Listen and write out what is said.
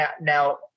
now